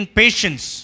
patience